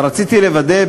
אבל רציתי לוודא,